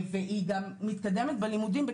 התגמולים שהיו על